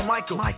Michael